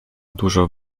dużo